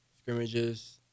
scrimmages